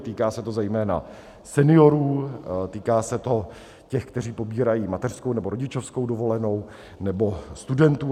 Týká se to zejména seniorů, týká se to těch, kteří pobírají mateřskou nebo rodičovskou dovolenou, nebo studentů.